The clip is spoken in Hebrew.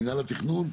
מינהל התכנון,